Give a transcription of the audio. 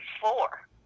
four